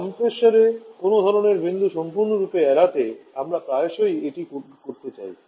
কমপ্রেসরে কোনও ধরণের বিন্দু সম্পূর্ণরূপে এড়াতে আমরা প্রায়শই এটি করতে চাই